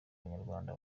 banyarwanda